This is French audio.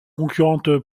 concurrente